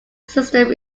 system